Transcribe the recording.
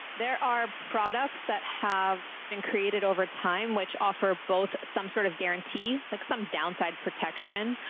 there are products that have been created over time, which offer both some sort of guarantee, like some downside protection,